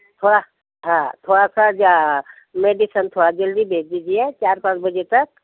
थोड़ा हाँ थोड़ा सा जा मेडीसन थोड़ा जल्दी भेज दीजिए चार पाँच बजे तक